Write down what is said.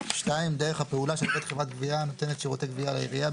דרך הפעולה של עובד חברת הגבייה הנותנת שירותי גבייה לעירייה,